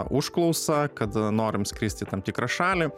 užklausą kad norim skristi į tam tikrą šalį